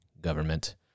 government